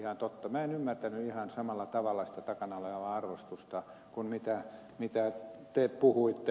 minä en ymmärtänyt ihan samalla tavalla sitä takana olevaa arvostusta kuin te puhuitte